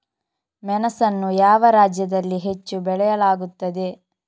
ಮೆಣಸನ್ನು ಯಾವ ರಾಜ್ಯದಲ್ಲಿ ಹೆಚ್ಚು ಬೆಳೆಯಲಾಗುತ್ತದೆ?